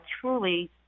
truly